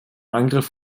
angriff